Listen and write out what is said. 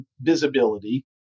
visibility